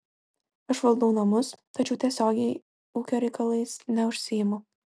aš valdau namus tačiau tiesiogiai ūkio reikalais neužsiimu